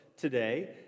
today